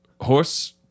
horse